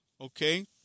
okay